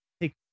take